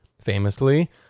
famously